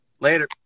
later